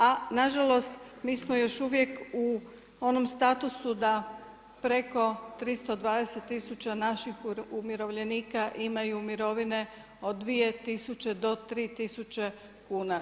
A nažalost mi smo još uvijek u onom statusu da preko 320 tisuća naših umirovljenika imaju mirovine od 2000 do 3000 kuna.